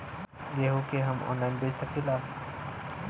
गेहूँ के हम ऑनलाइन बेंच सकी ला?